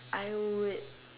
I would